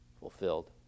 fulfilled